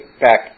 back